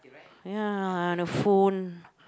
ya the phone